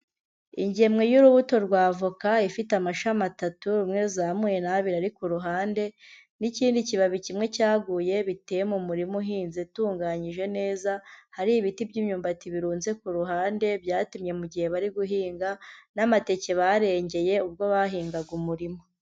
Ingemwe y'urubuto rwa avoka ifite amashami atatu, rumwe rizamuye, nabiri ari kuruhande, n'ikindi kibabi kimwe cyaguye, biteye mu murima uhinze, utunganyije neza, hari ibiti by'imyumbati birunze ku ruhande byatemwe mu gihe bari guhinga, n'amateke barengeye ubwo bahingaga umurima.